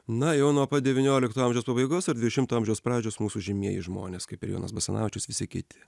na jau nuo pat devyniolikto amžiaus pabaigos ar dvidešimto amžiaus pradžios mūsų žymieji žmonės kaip ir jonas basanavičius visi kiti